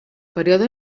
període